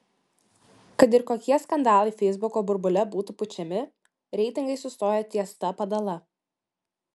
kad ir kokie skandalai feisbuko burbule būtų pučiami reitingai sustojo ties ta padala